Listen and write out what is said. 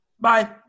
Bye